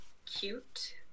Cute